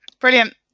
Brilliant